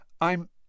I'm